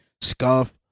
Scuff